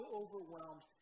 overwhelmed